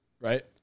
right